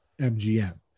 MGM